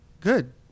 good